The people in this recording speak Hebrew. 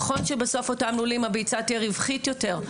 נכון שבסוף באותם לולים הביצה תהיה רווחית יותר,